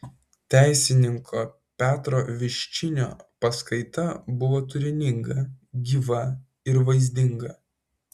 teisininko petro viščinio paskaita buvo turininga gyva ir vaizdinga